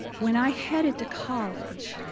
when i headed to college,